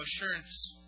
assurance